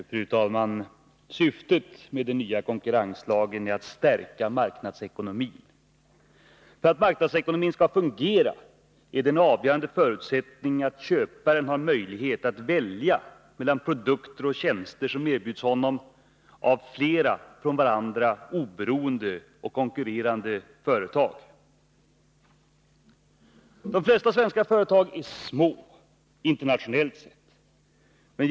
Fru talman! Syftet med den nya konkurrenslagen är att stärka marknadsekonomin. Den avgörande förutsättningen för att marknadsekonomin skall fungera är att köparen har möjlighet att välja mellan produkter och tjänster som erbjuds honom av flera av varandra oberoende och konkurrerande företag. Flertalet svenska företag är, internationellt sett, små.